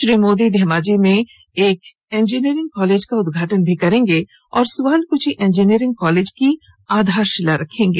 श्री मोदी धेमाजी में एक engineering college का उदघाटन करेंगे और सुआलकची इंजीनियरिंग कालेज की आधारशिला रखेंगे